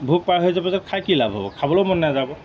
ভোক পাৰ হৈ যোৱা পিছত খাই কি লাভ হ'ব খাবলৈও মন নাযাব